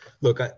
Look